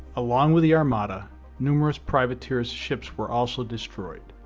along with the armada numerous privateer's ships were also destroyed.